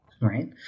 right